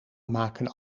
maken